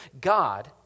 God